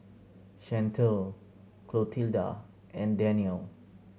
Chantelle Clotilda and Daniel